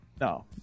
No